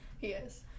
Yes